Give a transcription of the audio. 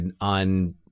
on